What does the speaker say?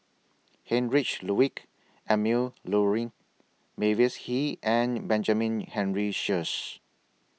Heinrich Ludwig Emil Luering Mavis Hee and Benjamin Henry Sheares